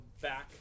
back